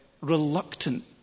reluctant